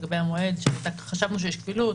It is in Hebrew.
לגבי המועד שחשבנו שיש כפילות,